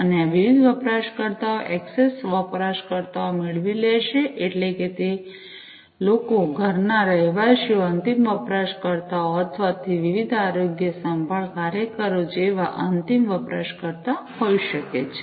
અને આ વપરાશકર્તાઓ ઍક્સેસ વપરાશકર્તાઓ મેળવી શકે છે એટલે કે તે લોકો ઘરના રહેવાસીઓ અંતિમ વપરાશકર્તાઓ અથવા તે વિવિધ આરોગ્ય સંભાળ કાર્યકરો જેવા અંતિમ વપરાશકર્તાઓ હોઈ શકે છે